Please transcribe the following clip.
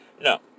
No